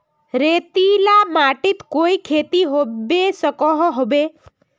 रेतीला माटित कोई खेती होबे सकोहो होबे?